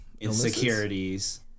insecurities